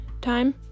time